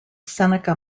seneca